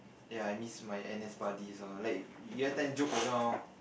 ya I miss my n_s buddies oh like you every time joke around